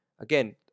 Again